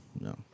No